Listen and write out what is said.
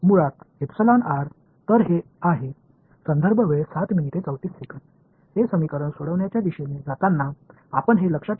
எனவே இதுதான் குறிப்பு நேரம் 0734 இந்த சமன்பாட்டை சரி செய்வதை நோக்கி நாம் செல்லும்போது மனதில் கொள்ள வேண்டும்